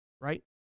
right